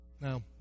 Now